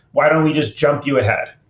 why don't we just jump you ahead?